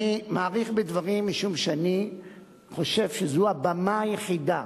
אני מאריך בדברים משום שאני חושב שזו הבמה היחידה